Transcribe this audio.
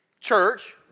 Church